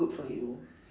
good for you